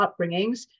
upbringings